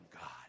God